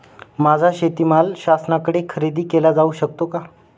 माझा शेतीमाल शासनाकडे खरेदी केला जाऊ शकतो का?